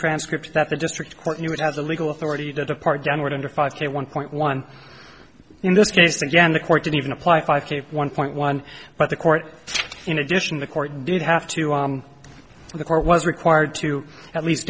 transcripts that the district court you would have the legal authority to depart downward into five k one point one in this case again the court didn't even apply five case one point one but the court in addition the court did have to the court was required to at least